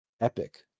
epic